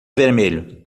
vermelho